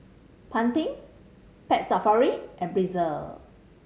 Pantene Pet Safari and Breezer